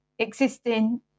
existing